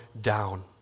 down